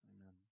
amen